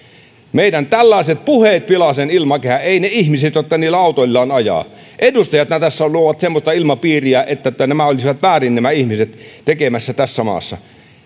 meidän puheemme pilaavat sen ilmakehän eivät ne ihmiset jotka niillä autoillaan ajavat edustajat ne tässä luovat semmoista ilmapiiriä että että nämä ihmiset olisivat väärin tekemässä tässä maassa